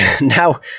now